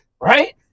right